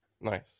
Nice